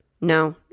No